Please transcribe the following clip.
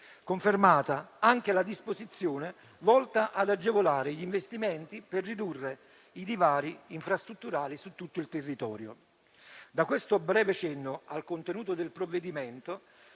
Confermata anche la disposizione volta ad agevolare gli investimenti per ridurre i divari infrastrutturali su tutto il territorio. Da questo breve cenno al contenuto del provvedimento,